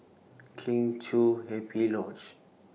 Kheng Chiu Happy Lodge